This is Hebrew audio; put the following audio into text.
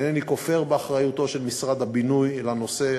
אינני כופר באחריותו של משרד הבינוי לנושא.